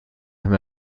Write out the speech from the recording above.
him